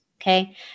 Okay